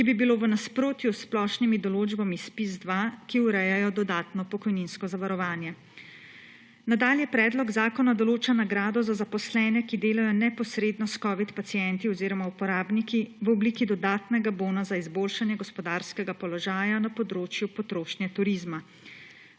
ki bi bilo v nasprotju s splošnimi določbami ZPIZ-2, ki urejajo dodatno pokojninsko zavarovanje. Nadalje predlog zakona določa nagrado za zaposlene, ki delajo neposredno s covid pacienti oziroma uporabniki v obliki dodatnega bona za izboljšanje gospodarskega položaja na področju potrošnje turizma.